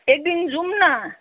एकदिन जाउँ न